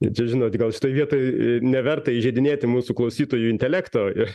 čia žinot gal šitoj vietoj neverta įžeidinėti mūsų klausytojų intelekto ir